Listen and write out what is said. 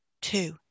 Two